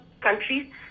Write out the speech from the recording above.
countries